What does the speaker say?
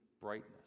brightness